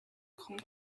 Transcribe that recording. come